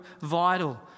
vital